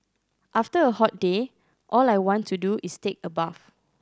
after a hot day all I want to do is take a bath